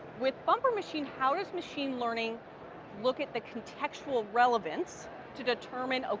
with bumper machine, how does machine learning look at the contextual relevance to determine ah